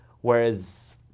Whereas